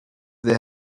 they